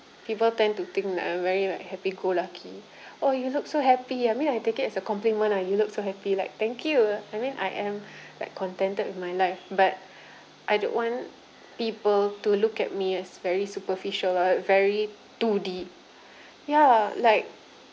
people tend to think that I'm very like happy go lucky oh you look so happy I mean I take it as a compliment ah you look so happy like thank you I mean I am like contented with my life but I don't want people to look at me as very superficial or very two D ya like